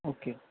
okay